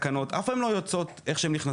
תקנות אף פעם הן לא יוצאות איך שהן נכנסות.